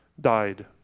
died